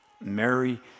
Mary